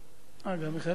אדוני היושב-ראש,